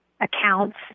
accounts